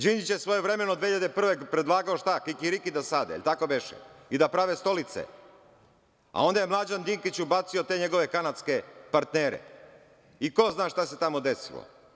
Đinđić je svojevremeno 2001. godine predlagao da sade kikiriki, jel tako beše, i da prave stolice, a onda je Mlađan Dinkić ubacio te njegove kanadske partnere i ko zna šta se tamo desilo.